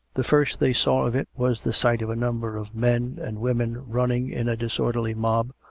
the first they saw of it was the sight of a number of men and women running in a disorderly mob,